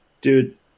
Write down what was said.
dude